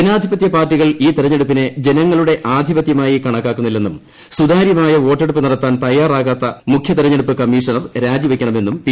ജനാധിപത്യ പാർട്ടികൾ ഈ തെരഞ്ഞെടുപ്പിനെ ജനങ്ങളുടെ ആധിപത്യമായി കണക്കാക്കുന്നില്ലെന്നും സുതാര്യമായ വോട്ടെടുപ്പ് നടത്താൻ തയ്യാറാകാത്ത മുഖ്യതെരഞ്ഞെടുപ്പ് കമ്മീഷണർ രാജിവയ്ക്കണമെന്നും പി